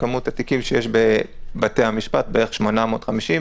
כמות התיקים שיש בבתי המשפט בערך 850,000,